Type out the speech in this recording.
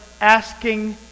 asking